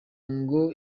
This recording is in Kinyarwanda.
ngo